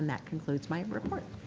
that concludes my report.